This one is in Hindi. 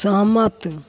सहमत